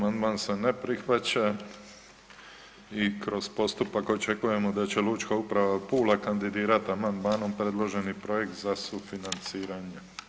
Amandman se ne prihvaća i kroz postupak očekujemo da će Lučka uprava Pula kandidirat amandmanom predloženi projekt za sufinanciranje.